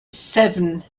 seven